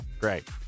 great